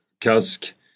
Kask